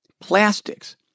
Plastics